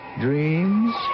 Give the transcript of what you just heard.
dreams